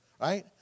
right